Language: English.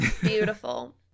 beautiful